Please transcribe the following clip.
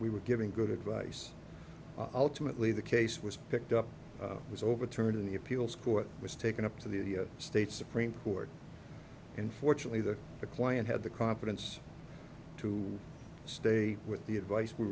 we were giving good advice ultimately the case was picked up was overturned in the appeals court was taken up to the state supreme court unfortunately that the client had the confidence to stay with the advice we